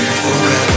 forever